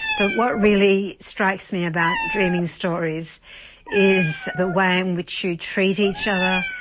but what really strikes me about dreaming stories is the way in which you treat each other,